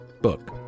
Book